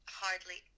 hardly